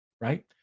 right